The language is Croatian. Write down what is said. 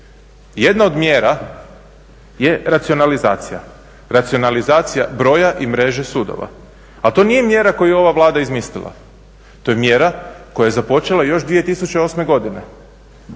Jedna od mjera je racionalizacija. Racionalizacija broja i mreže sudova. Ali to nije mjera koju je ova Vlada izmislila, to je mjera koja je započela još 2008. godine